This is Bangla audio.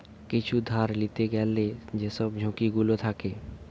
কিছু ধার লিতে গ্যালে যেসব ঝুঁকি গুলো থাকে